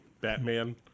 Batman